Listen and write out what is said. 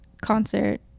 concert